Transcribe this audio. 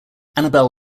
annabel